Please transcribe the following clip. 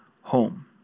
home